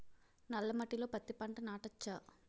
నల్ల మట్టిలో పత్తి పంట నాటచ్చా?